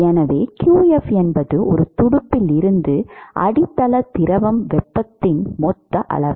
எனவே qf என்பது ஒரு துடுப்பில் இருந்து அடித்தள திரவம் வெப்பத்தின் மொத்த அளவு